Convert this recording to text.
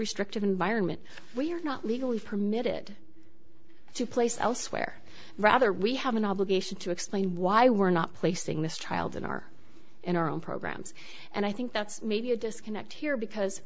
restrictive environment we are not legally permitted to place elsewhere rather we have an obligation to explain why we're not placing this child in our in our own programs and i think that's maybe a disconnect here because